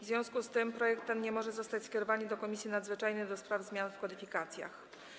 W związku z tym projekt ten nie może zostać skierowany do Komisji Nadzwyczajnej do spraw zmian w kodyfikacjach.